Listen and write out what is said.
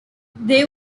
they